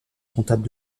comptable